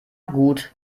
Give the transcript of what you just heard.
gut